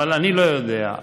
אבל אני לא יודע,